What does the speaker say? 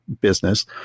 business